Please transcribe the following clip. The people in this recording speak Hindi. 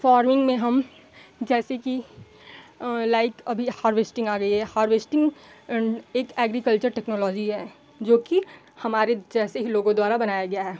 फ़ाॅर्मिंग में हम जैसे कि लाइक अभी हार्वेस्टिंग आ गई है हार्वेस्टिंग एक एग्रीकल्चर टेक्नोलॉजी है जोकि हमारे जैसे ही लोगों द्वारा बनाया गया है